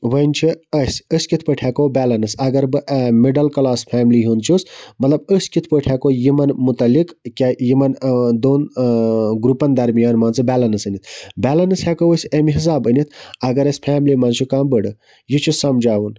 وۄنۍ چھِ أسۍ أسۍ کِتھ پٲٹھۍ ہیٚکو بیلَنس اگر بہٕ مِڈَل کلاس فیملی ہُنٛد چھُس مَطلَب أسۍ کِتھ پٲٹھۍ ہیٚکو یِمَن مُتعلِق یاہ یِمَن دۄن گرُپَن درمیان مان ژٕ بیلَنس أنِتھ بیلَنس ہیٚکو أسۍ امہِ حِسابہ أنِتھ اگر اَسہِ فیملی مَنٛز چھُ کانٛہہ بٕڑٕ یہِ چھُ سَمجاوُن